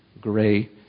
gray